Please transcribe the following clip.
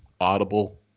audible